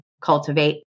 Cultivate